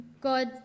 God